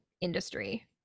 industry